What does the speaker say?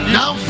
now